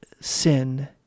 sin